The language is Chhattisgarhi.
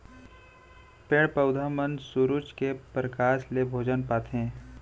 पेड़ पउधा मन सुरूज के परकास ले भोजन पाथें